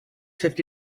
fifty